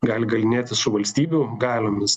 gali galynėtis su valstybių galiomis